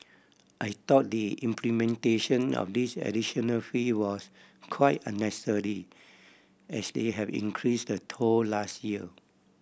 I thought the implementation of this additional fee was quite unnecessary as they have increase the toll last year